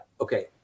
okay